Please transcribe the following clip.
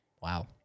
Wow